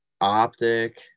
Optic